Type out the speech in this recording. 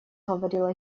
говорила